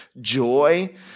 joy